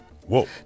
Whoa